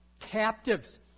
captives